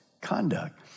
conduct